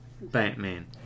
Batman